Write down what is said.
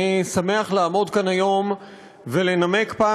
אני שמח לעמוד כאן היום ולנמק פעם